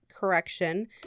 correction